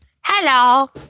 Hello